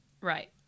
Right